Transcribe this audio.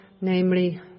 namely